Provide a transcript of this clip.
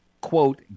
quote